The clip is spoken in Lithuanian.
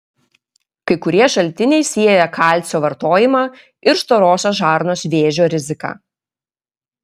kai kurie šaltiniai sieja kalcio vartojimą ir storosios žarnos vėžio riziką